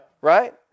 Right